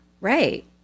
Right